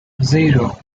zero